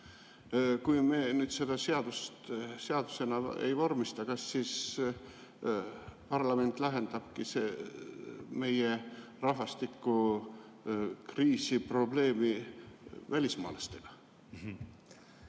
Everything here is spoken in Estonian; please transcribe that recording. Kui me nüüd seda seadusena ei vormista, kas siis parlament lahendabki meie rahvastikukriisi probleemi välismaalastega?